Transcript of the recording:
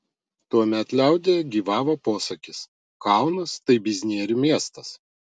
tuomet liaudyje gyvavo posakis kaunas tai biznierių miestas